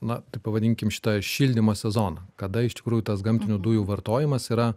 na taip pavadinkim šitą šildymo sezoną kada iš tikrųjų tas gamtinių dujų vartojimas yra